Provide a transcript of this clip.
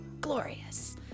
glorious